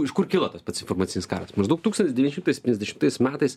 iš kur kilo tas pats informacinis karas maždaug tūkstantis devyni šimtai septyniasdešimtais metais